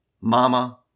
Mama